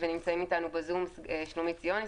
ונמצאים איתנו בזום שלומית יונס,